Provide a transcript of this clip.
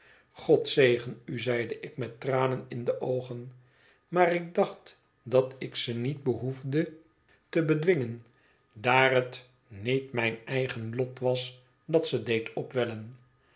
god zegen u zeide ik met tranen in de oogen maar ik dacht dat ik ze niet behoefde te bedwingen daar het niet mijn eigen lot was dat ze deed opwellen